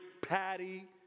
Patty